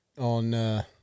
on –